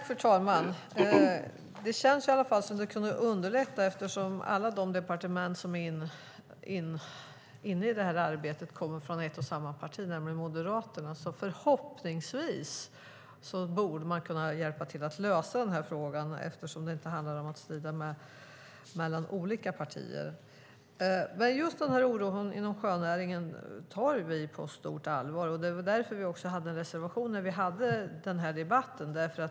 Fru talman! Det kan nog underlätta att statsråden på dessa departement kommer från ett och samma parti, nämligen Moderaterna. Förhoppningsvis kan man hjälpa till att lösa frågan eftersom det inte handlar om att strida mellan olika partier. Just oron inom sjönäringen tar vi på stort allvar. Det är därför vi hade reservationer i samband med debatten.